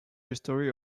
history